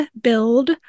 build